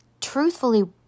truthfully